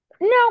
No